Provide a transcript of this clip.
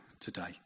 today